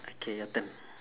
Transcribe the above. okay your turn